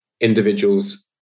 individuals